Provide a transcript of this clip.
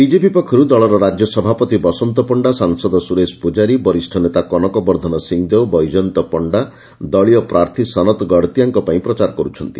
BJP ପକ୍ଷରୁ ଦଳର ରାକ୍ୟ ସଭାପତି ବସନ୍ତ ପଣ୍ଣା ସାଂସଦ ସୁରେଶ ପୂଝାରୀ ବରିଷ୍ ନେତା କନକବର୍ବ୍ଧନ ସିଂହଦେଓ ବୈଜୟନ୍ତ ପଶ୍ଷା ଦଳୀୟ ପ୍ରାର୍ଥୀ ସନତ ଗଡ଼ତିଆଙ୍କ ପାଇଁ ପ୍ରଚାର କରୁଛନ୍ତି